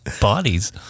bodies